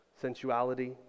sensuality